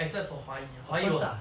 except for hua yi hua yi was